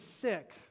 sick